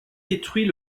détruit